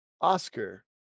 oscar